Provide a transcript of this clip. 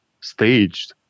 staged